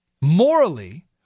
morally